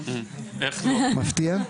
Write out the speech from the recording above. מפתיע,